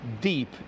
deep